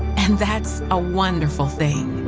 and that's a wonderful thing.